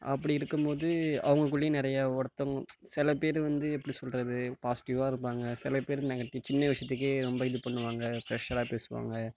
அப்படி இருக்கும்போது அவங்களுக்குள்ளேயும் நிறையா ஒருத்தங் சில பேர் வந்து எப்படி சொல்வது பாசிட்டிவாக இருப்பாங்க சில பேர் நெகடிவ் சின்ன விஷயத்துக்கே ரொம்ப இது பண்ணுவாங்க ப்ரஷ்சராக பேசுவாங்க